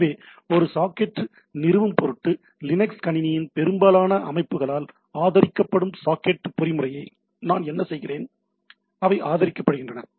எனவே ஒரு சாக்கெட் நிறுவும் பொருட்டு லினக்ஸ் கணினியின் பெரும்பாலான அமைப்புகளால் ஆதரிக்கப்படும் சாக்கெட் பொறிமுறையை நான் என்ன செய்கிறேன் அவை ஆதரிக்கப்படுகின்றன